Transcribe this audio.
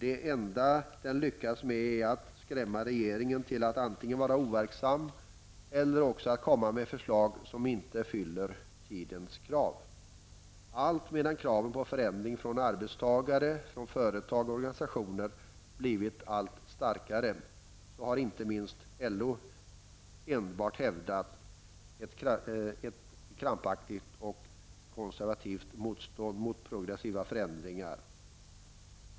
Det enda den lyckats med är att skrämma regeringen till att antingen vara overksam eller till att komma med förslag som inte fyller tidens krav. Medan kraven på förändring från arbetstagare, företag och organisationer blivit allt starkare har inte minst LO enbart hävdat ett krampaktigt och konservativt motstånd mot progressiva förändringar.